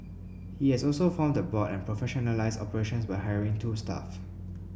he has also formed the board and professionalised operations by hiring two staff